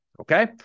Okay